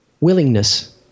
willingness